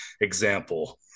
example